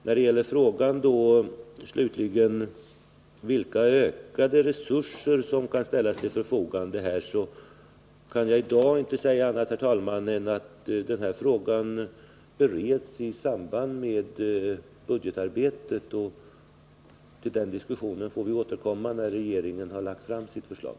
När det slutligen gäller frågan om vilka ökade resurser som kan ställas till förfogande kan jag i dag inte säga annat, herr talman, än att denna fråga bereds i samband med budgetarbetet, och till den diskussionen får vi återkomma när regeringen har lagt fram sitt förslag.